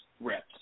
reps